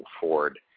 Ford